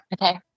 Okay